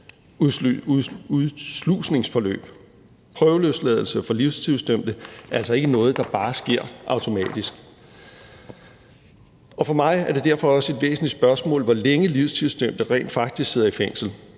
udslusningsforløb. Prøveløsladelse for livstidsdømte er altså ikke noget, der bare sker automatisk. For mig er det derfor også et væsentligt spørgsmål, hvor længe livstidsdømte rent faktisk sidder i fængsel.